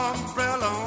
Umbrella